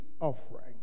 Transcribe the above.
offering